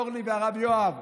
אורלי והרב יואב,